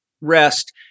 rest